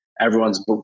Everyone's